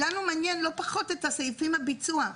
אותנו מעניין לא פחות את הסעיף עם הביצוע.